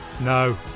No